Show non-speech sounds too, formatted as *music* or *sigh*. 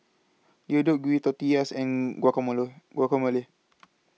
Deodeok Gui Tortillas and Guacamole Guacamole *noise*